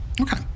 Okay